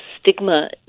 stigma